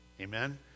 Amen